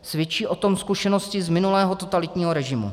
Svědčí o tom zkušenosti z minulého totalitního režimu.